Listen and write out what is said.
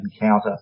encounter